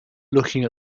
looking